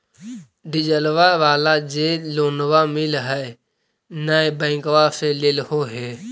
डिजलवा वाला जे लोनवा मिल है नै बैंकवा से लेलहो हे?